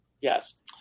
Yes